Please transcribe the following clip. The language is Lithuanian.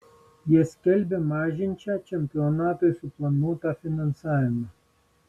jie skelbia mažinsią čempionatui suplanuotą finansavimą